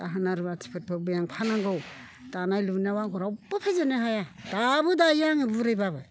दाहोना रुवाथिफोरखौ बेंफानांगौ दानाय लुनायाव आंखौ रावबो फेजेननो हाया दाबो दायो आङो बुरिब्लाबो